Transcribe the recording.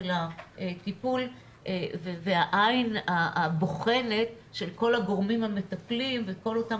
הטיפול והעין הבוחנת של כל הגורמים המטפלים וכל אותם